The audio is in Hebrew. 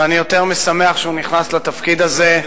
ואני יותר משמח שהוא נכנס לתפקיד הזה.